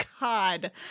God